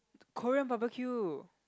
Korean Barbecue